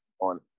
on